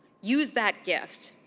use that gift.